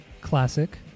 classic